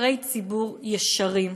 נבחרי ציבור ישרים,